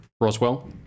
roswell